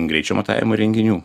greičio matavimo įrenginių